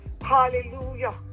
hallelujah